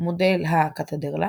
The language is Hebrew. מודל ה"קתדרלה"